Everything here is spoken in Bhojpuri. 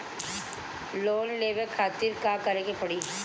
लोन लेवे खातिर का करे के पड़ी?